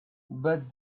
but